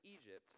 Egypt